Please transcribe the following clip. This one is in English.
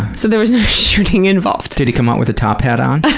so there was no shooting involved. did he come out with a top hat on,